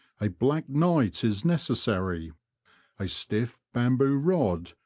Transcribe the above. a black night is necessary a stiff bamboo rod,